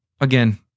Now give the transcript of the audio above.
again